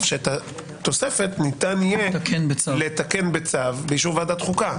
שאת התוספת אפשר יהיה לתקן בצו באישור ועדת חוקה.